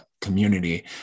community